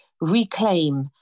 reclaim